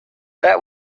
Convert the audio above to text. that